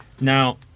now